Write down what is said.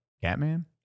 Catman